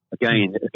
Again